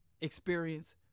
experience